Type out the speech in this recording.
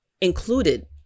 included